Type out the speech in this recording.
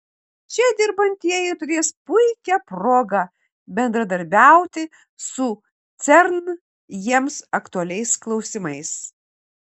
čia dirbantieji turės puikią progą bendradarbiauti su cern jiems aktualiais klausimais